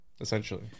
essentially